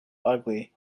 ugly